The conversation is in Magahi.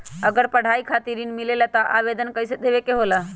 अगर पढ़ाई खातीर ऋण मिले ला त आवेदन कईसे देवे के होला?